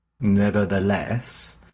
Nevertheless